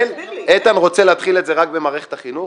איתן רוצה להתחיל את זה רק במערכת החינוך,